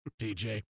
DJ